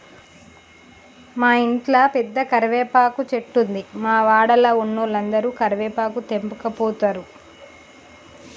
మా ఇంట్ల పెద్ద కరివేపాకు చెట్టున్నది, మా వాడల ఉన్నోలందరు కరివేపాకు తెంపకపోతారు